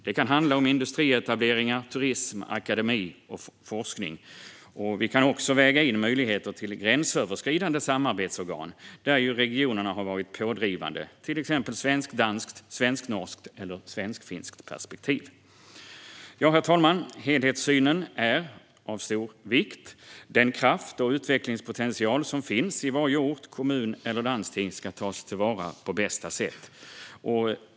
Det kan handla om industrietableringar, turism, akademi och forskning. Vi kan också väga in möjligheter till gränsöverskridande samarbetsorgan - där har ju regionerna varit pådrivande - med till exempel svensk-danskt, svensk-norskt eller svensk-finskt perspektiv. Herr talman! Helhetssynen är av stor vikt. Den kraft och utvecklingspotential som finns i varje ort, kommun eller landsdel ska tas till vara på bästa sätt.